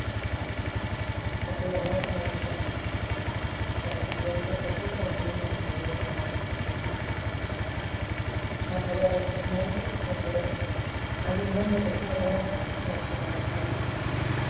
aquella noche no dijo más a la siguiente propuso a la niña que huyese con él más allá de esos montes murmuró hay un mundo que tú no conoces ni has soñado jamás